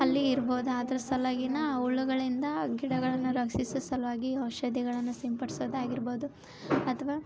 ಅಲ್ಲಿ ಇರ್ಬೋದು ಅದ್ರ ಸಲುವಾಗಿನೂ ಆ ಹುಳುಗಳಿಂದ ಆ ಗಿಡಗಳನ್ನು ರಕ್ಷಿಸೋ ಸಲುವಾಗಿ ಔಷಧಿಗಳನ್ನು ಸಿಂಪಡಿಸೋದಾಗಿರ್ಬೋದು ಅಥವಾ